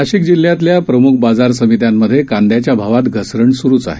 नाशिक जिल्ह्यातल्या प्रम्ख बाजार समित्यांमध्ये कांदयाच्या भावात घसरण स्रूच आहे